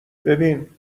ببین